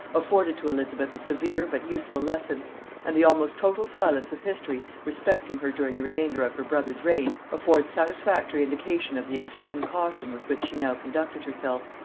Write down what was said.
afforded to elizabeth a severe but useful lesson and the almost total silence of history respecting her during the remainder of her brother's reign affords satisfactory indication of the extreme caution with which she now conducted herself.